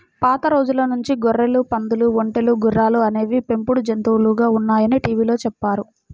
పాత రోజుల నుంచి గొర్రెలు, పందులు, ఒంటెలు, గుర్రాలు అనేవి పెంపుడు జంతువులుగా ఉన్నాయని టీవీలో చెప్పారు